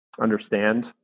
understand